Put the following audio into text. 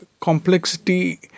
complexity